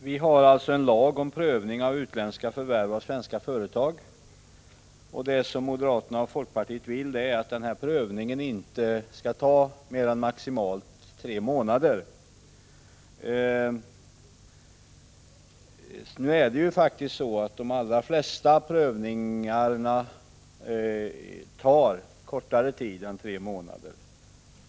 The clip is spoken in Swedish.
Det finns en lag om prövning av utländska förvärv av svenska företag, och moderaterna och folkpartiet vill att denna prövning skall ta maximalt tre månader. De allra flesta prövningarna tar nu kortare tid än tre månader.